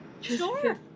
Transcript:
Sure